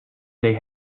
they